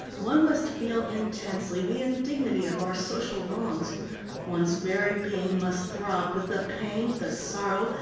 one must feel intensely the indignity of our social wrongs one's very being must throb with the pain, the sorrow,